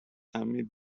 amid